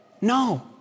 No